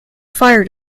fire